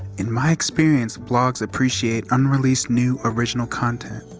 in my experience, blogs appreciate unreleased, new, original content.